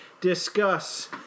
discuss